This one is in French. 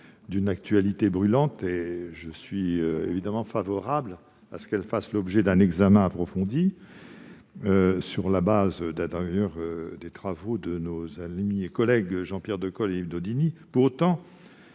d'une actualité brûlante. Je suis évidemment favorable à ce qu'elle fasse l'objet d'un examen approfondi, sur la base des travaux de nos collègues Jean-Pierre Decool et Yves Daudigny. Pour autant,